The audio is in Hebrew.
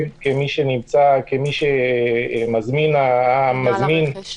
כמי שמזמין את הדברים